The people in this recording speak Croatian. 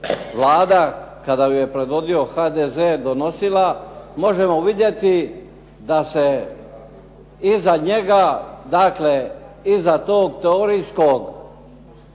Vlada kada ju je predvodio HDZ donosila možemo vidjeti da se iza njega, dakle iza tog teorijskog